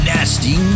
Nasty